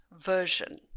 version